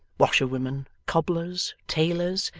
washer-women, cobblers, tailors,